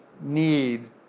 need